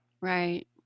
Right